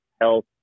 health